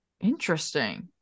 Interesting